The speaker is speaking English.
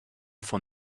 for